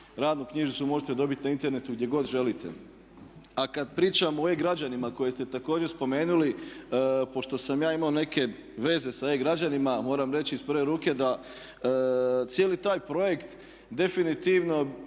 radnu knjižicu možete dobiti na internetu gdje god želite. A kada pričam o e-građanima koje ste također spomenuli pošto sam ja imao neke veze sa e-građanima moram reći iz prve ruke da cijeli taj projekt definitivno